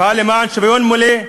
אפעל למען שוויון מלא,